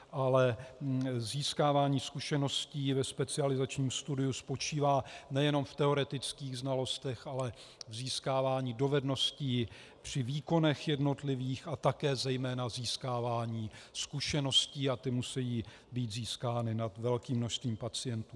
Ale získávání zkušeností ve specializačním studiu spočívá nejenom v teoretických znalostech, ale v získávání dovedností při jednotlivých výkonech a také zejména získávání zkušeností a ty musí být získávány nad velkým množstvím pacientů.